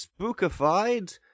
spookified